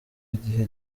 igihe